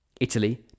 Italy